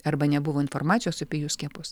arba nebuvo informacijos apie jų skiepus